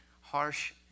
harsh